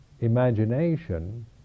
imagination